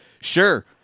sure